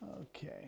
okay